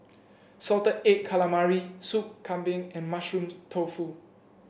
Salted Egg Calamari Sup Kambing and Mushroom Tofu